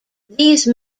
these